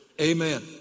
Amen